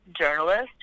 journalist